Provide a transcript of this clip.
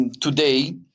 today